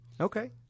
Okay